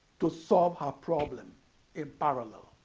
to solve her problem in parallel.